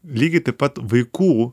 lygiai taip pat vaikų